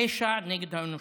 פשע נגד האנושות,